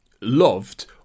loved